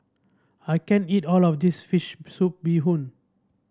I can't eat all of this fish soup Bee Hoon